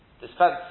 dispense